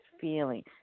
feeling